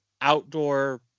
outdoor